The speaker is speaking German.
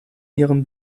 ihrem